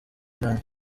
irani